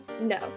No